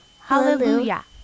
hallelujah